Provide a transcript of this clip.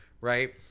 Right